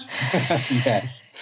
Yes